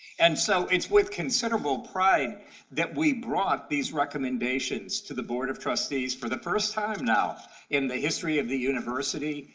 and so it's with considerable pride that we brought these recommendations to the board of trustees for the first time now in the history of the university.